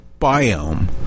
biome